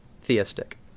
theistic